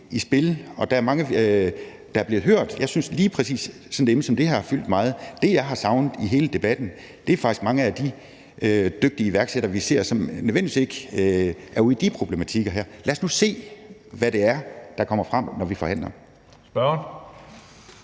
i spil, og der er mange, der bliver hørt. Jeg synes lige præcis, sådan et emne som det her har fyldt meget. Det, jeg har savnet i hele debatten, er faktisk mange af de dygtige iværksættere, vi ser, som ikke nødvendigvis er ude i de problematikker her. Lad os nu se, hvad det er, der kommer frem, når vi forhandler. Kl.